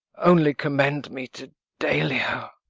only commend me to delio.